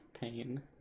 pain